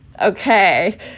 Okay